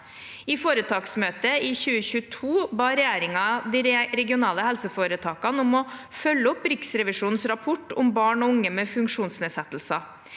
I foretaksmøtet i 2022 ba regjeringen de regionale helseforetakene om å følge opp Riksrevisjonens rapport om barn og unge med funksjonsnedsettelser.